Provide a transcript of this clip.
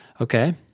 Okay